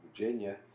Virginia